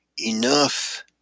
enough